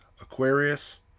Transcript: Aquarius